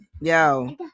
Yo